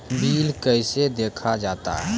Bill कैसे देखा जाता हैं?